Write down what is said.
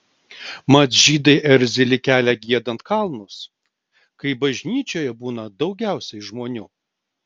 mat žydai erzelį kelia giedant kalnus kai bažnyčioje būna daugiausiai žmonių